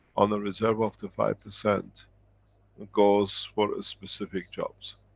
on the reserve of the five percent goes for a specific jobs.